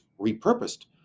repurposed